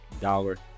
Dollar